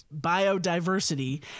biodiversity